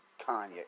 Kanye